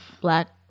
black